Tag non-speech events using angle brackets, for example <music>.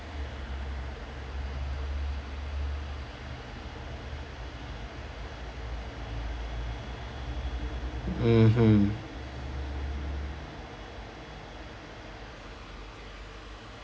<noise> mmhmm